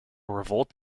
revolt